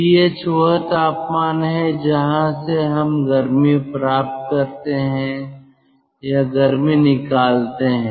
TH वह तापमान है जहां से हम गर्मी प्राप्त करते हैं या हम गर्मी निकालते हैं